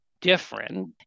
different